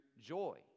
joy